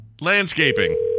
Landscaping